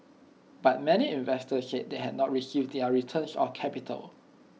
but many investors said they have not received their returns or capital